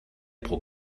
pro